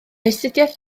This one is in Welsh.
astudiaeth